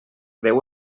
déu